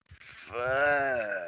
Fuck